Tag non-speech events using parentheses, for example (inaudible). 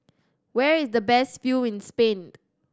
where is the best view in Spain (unintelligible)